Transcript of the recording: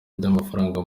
by’amafaranga